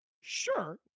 Sure